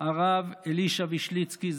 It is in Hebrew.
הרב אלישע וישליצקי,